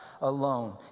alone